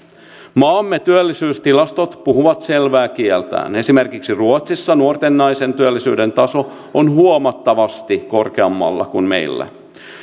maamme työllisyystilastot puhuvat selvää kieltään esimerkiksi ruotsissa nuorten naisten työllisyyden taso on huomattavasti korkeammalla kuin meillä